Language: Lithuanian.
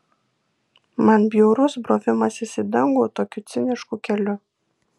man bjaurus brovimasis į dangų tokiu cinišku keliu